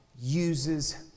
uses